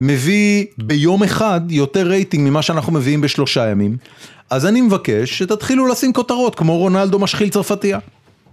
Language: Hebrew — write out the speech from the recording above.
מביא ביום אחד יותר רייטינג ממה שאנחנו מביאים בשלושה ימים, אז אני מבקש שתתחילו לשים כותרות כמו "רונלדו משחיל צרפתיה".